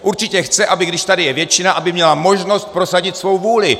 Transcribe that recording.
Určitě chce, když tady je většina, aby měla možnost prosadit svou vůli.